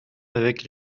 avec